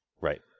Right